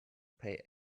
pay